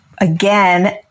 Again